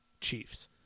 Chiefs